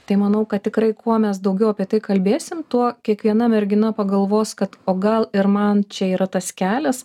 tai manau kad tikrai kuo mes daugiau apie tai kalbėsim tuo kiekviena mergina pagalvos kad o gal ir man čia yra tas kelias